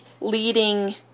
leading